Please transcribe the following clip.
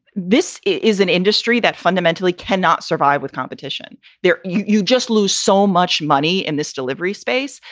this is an industry that fundamentally cannot survive with competition there. you just lose so much money in this delivery space.